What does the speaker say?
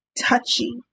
touchy